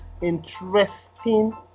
interesting